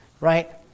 Right